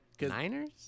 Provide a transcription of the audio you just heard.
Niners